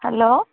hello